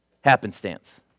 happenstance